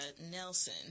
Nelson